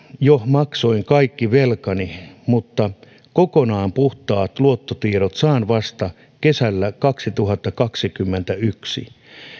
jo maksoin kaikki velkani mutta kokonaan puhtaat luottotiedot saan vasta kesällä kaksituhattakaksikymmentäyksi